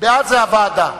בעד זה להעביר לוועדה.